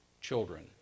children